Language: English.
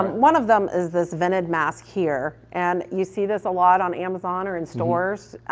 um one of them is this vented mask here and you see this a lot on amazon or in stores.